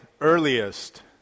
earliest